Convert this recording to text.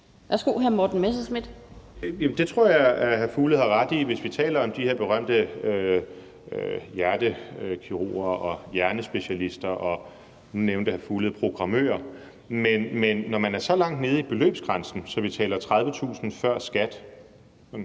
Messerschmidt (DF): Jamen det tror jeg at hr. Mads Fuglede har ret i, hvis vi taler om de her berømte hjertekirurger og hjernespecialister, og nu nævnte hr. Mads Fuglede programmører. Men når man er så langt nede i beløbsgrænsen, så vi taler 30.000 kr. før skat,